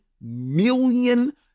million